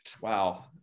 Wow